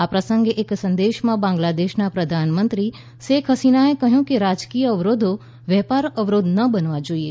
આ પ્રસંગે એક સંદેશમાં બાંગ્લાદેશના પ્રધાનમંત્રી શેખ હસીનાએ કહ્યું કે રાજકીય અવરોધો વેપાર અવરોધ ન બનવા જોઈએ